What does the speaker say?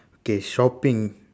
okay shopping